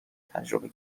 تجربه